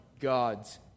God's